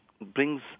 brings